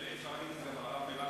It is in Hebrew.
שלי, אפשר להגיד את זה גם על הרב מלמד.